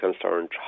concerned